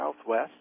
southwest